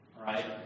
right